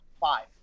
five